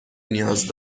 نیاز